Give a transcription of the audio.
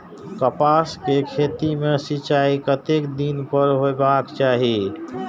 कपास के खेती में सिंचाई कतेक दिन पर हेबाक चाही?